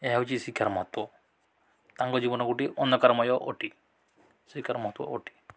ଏହା ହେଉଛି ଶିକ୍ଷାର ମହତ୍ତ୍ଵ ତାଙ୍କ ଜୀବନ ଗୋଟିଏ ଅନ୍ଧକାରମୟ ଅଟେ ଶିକ୍ଷାର ମହତ୍ତ୍ଵ ଅଟେ